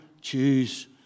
choose